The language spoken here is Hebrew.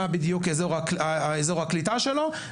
מה בדיוק אזור הקליטה שלו,